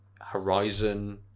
Horizon